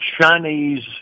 Chinese